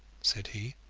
said he.